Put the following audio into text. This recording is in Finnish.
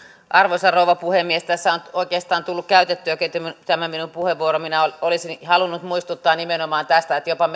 arvoisa rouva puhemies tässä on oikeastaan tullut käytettyäkin tämä minun puheenvuoroni eli minä olisin halunnut muistuttaa nimenomaan tästä että jopa